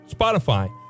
Spotify